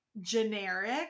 generic